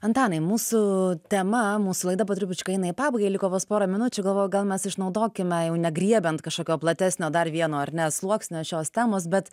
antanai mūsų tema mūsų laida po trupučiuką eina į pabaigą liko vos pora minučių galvoju gal mes išnaudokime jau negriebiant kažkokio platesnio dar vieno ar ne sluoksnio šios temos bet